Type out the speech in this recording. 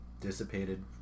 dissipated